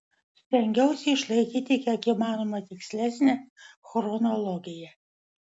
stengiausi išlaikyti kiek įmanoma tikslesnę chronologiją